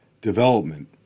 development